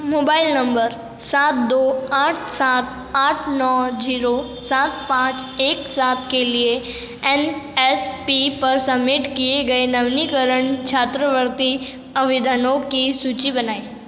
mobile number सात दो आठ सात आठ नौ ज़ीरो सात पाँच एक सात के लिए एन एस पी पर सबमिट किए गए नवीनीकरण छात्रवृत्ति आवेदनों की सूचि बनाएँ